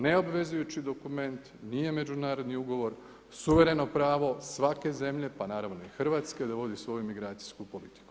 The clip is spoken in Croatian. Neobvezujući dokument, nije međunarodni ugovor, suvremeno pravo svake zemlje, pa naravno i Hrvatske, da vodi svoju migracijsku politiku.